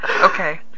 Okay